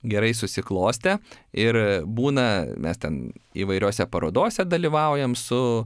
gerai susiklostė ir būna mes ten įvairiose parodose dalyvaujam su